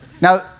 Now